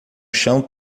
chão